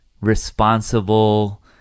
responsible